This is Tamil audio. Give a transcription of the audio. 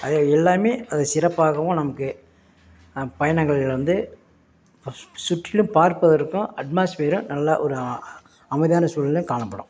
அதே எல்லாமே அது சிறப்பாகவும் நமக்கு பயணங்கள் வந்து சுற்றிலும் பார்ப்பதற்கும் அட்மாஸ்ஃப்பியரும் நல்லா ஒரு அமைதியான சூழல்ல காணப்படும்